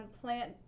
plant